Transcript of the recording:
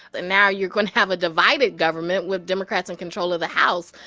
and now you're going to have a divided government with democrats in control of the house.